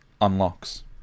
unlocks